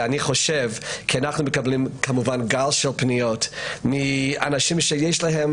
אנחנו מקבלים גל של פניות מאנשים שיש להם